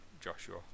Joshua